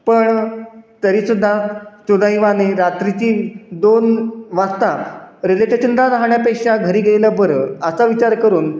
पण तरीसुद्धा दुर्दैवाने रात्रीची दोन वाजता रेल्वे टेशनला राहण्यापेक्षा घरी गेलं बरं असा विचार करून